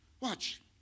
Watch